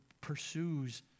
pursues